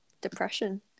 depression